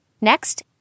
Next